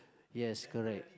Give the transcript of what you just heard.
yes correct